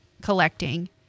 collecting